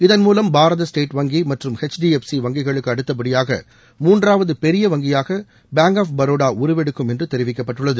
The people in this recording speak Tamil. இதன் மூவம் பாரத ஸ்டேட் வங்கி மற்றும் ஹெச் டி எஃப் சி வங்கிகளுக்கு அடுத்தபடியாக மூன்றாவது பெரிய வங்கியாக பேங்க் ஆஃப் பரோடா உருவெடுக்கும் என்று தெரிவிக்கப்பட்டுள்ளது